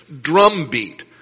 drumbeat